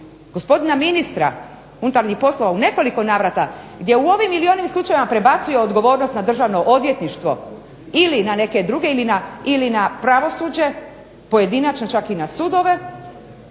gospodina ministra unutarnjih poslova u nekoliko navrata gdje u ovim ili onim slučajevima prebacuje odgovornost na državno odvjetništvo ili na neke druge ili na pravosuđe, pojedinačno čak i na sudove